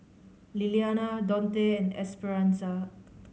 Lillianna Donte and Esperanza